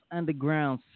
Underground